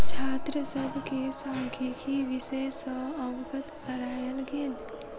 छात्र सभ के सांख्यिकी विषय सॅ अवगत करायल गेल